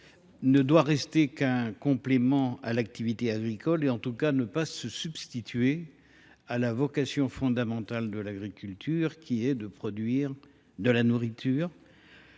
doit rester un simple complément à l’activité agricole et qu’elle ne saurait se substituer à la vocation fondamentale de l’agriculture, qui est de produire de la nourriture.